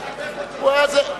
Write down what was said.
תפסיק לחבק אותו.